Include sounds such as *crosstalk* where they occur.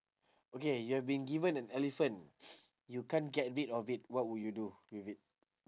okay you have been given an elephant *noise* you can't get rid of it what would you do with it